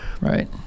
right